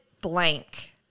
blank